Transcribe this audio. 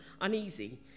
uneasy